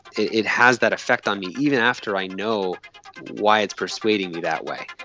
it has that effect on me even after i know why it's persuading me that way.